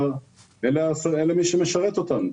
הם אלו שמשרתים אותנו,